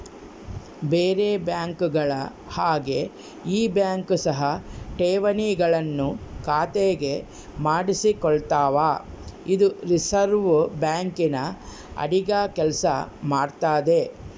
ಬೇರೆ ಬ್ಯಾಂಕುಗಳ ಹಾಗೆ ಈ ಬ್ಯಾಂಕ್ ಸಹ ಠೇವಣಿಗಳನ್ನು ಖಾತೆಗೆ ಮಾಡಿಸಿಕೊಳ್ತಾವ ಇದು ರಿಸೆರ್ವೆ ಬ್ಯಾಂಕಿನ ಅಡಿಗ ಕೆಲ್ಸ ಮಾಡ್ತದೆ